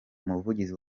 umuvugizi